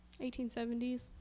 1870s